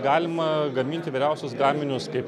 galima gaminti įvairiausius gaminius kaip